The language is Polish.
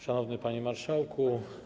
Szanowny Panie Marszałku!